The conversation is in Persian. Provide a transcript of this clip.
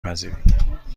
پذیریم